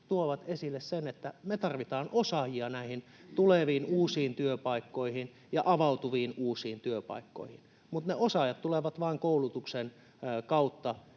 tuovat esille sen, että me tarvitaan osaajia näihin tuleviin uusiin työpaikkoihin ja avautuviin uusiin työpaikkoihin, mutta ne osaajat tulevat vain koulutuksen kautta.